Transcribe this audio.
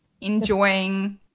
enjoying